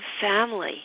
family